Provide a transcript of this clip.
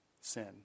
sin